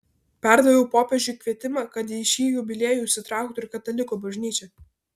perdaviau popiežiui kvietimą kad į šį jubiliejų įsitrauktų ir katalikų bažnyčia